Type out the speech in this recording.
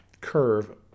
curve